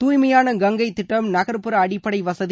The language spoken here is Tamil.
தாய்மையாள கங்கை திட்டம் நகர்ப்புற அடிப்படை வசதி